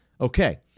Okay